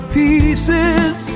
pieces